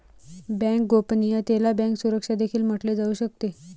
bank गोपनीयतेला bank सुरक्षा देखील म्हटले जाऊ शकते